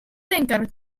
tanker